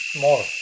more